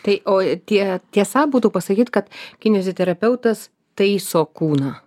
tai o tie tiesa būtų pasakyt kad kiniziterapeutas taiso kūną